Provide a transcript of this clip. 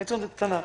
ביצה קטנה.